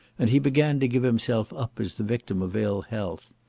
and he began to give himself up as the victim of ill health.